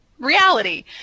reality